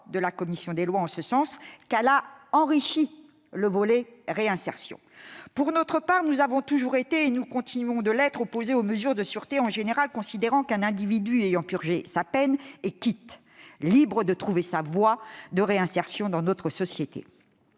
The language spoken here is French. que la commission des lois a enrichi le texte sur ce point. Pour notre part, nous avons toujours été opposés, et nous continuons de l'être, aux mesures de sûreté en général, considérant qu'un individu ayant purgé sa peine est quitte, libre de trouver sa voie de réinsertion dans notre société.